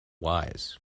wise